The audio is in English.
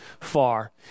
far